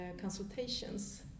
consultations